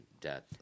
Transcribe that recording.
death